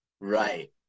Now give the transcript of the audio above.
Right